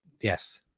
Yes